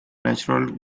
natural